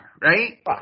right